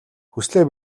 хүслээ